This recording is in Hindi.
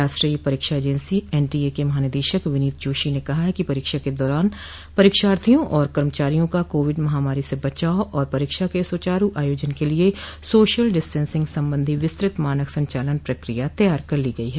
राष्ट्रीय परीक्षा एजेंसी एनटीए के महानिदेशक विनीत जोशी ने कहा है कि परीक्षा के दौरान परीक्षार्थियों और कर्मचारियों का कोविड महामारी से बचाव और परीक्षा के सुचारु आयोजन के लिए सोशल डिस्टेंसिंग संबंधी विस्तृत मानक संचालन प्रक्रिया तैयार कर ली गयी है